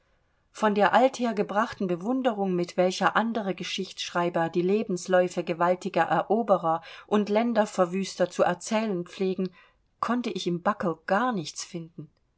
von der althergebrachten bewunderung mit welcher andere geschichtsschreiber die lebensläufe gewaltiger eroberer und länderverwüster zu erzählen pflegen konnte ich in buckle gar nichts finden